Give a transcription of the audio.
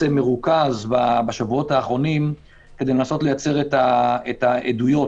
מרוכז בשבועות האחרונים כדי לנסות לייצר את העדויות